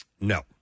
No